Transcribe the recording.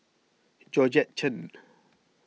Georgette Chen